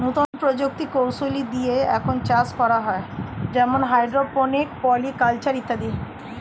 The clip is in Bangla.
নতুন প্রযুক্তি কৌশলী দিয়ে এখন চাষ করা হয় যেমন হাইড্রোপনিক, পলি কালচার ইত্যাদি